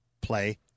play